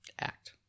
act